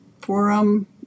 Forum